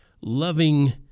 loving